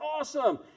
awesome